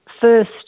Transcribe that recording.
first